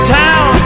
town